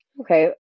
Okay